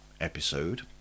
episode